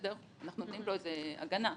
אנחנו נותנים לו איזה הגנה.